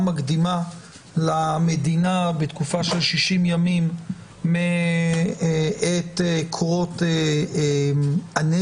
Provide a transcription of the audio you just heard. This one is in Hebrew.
מקדימה למדינה בתקופה של 60 ימים מעת קרות הנזק,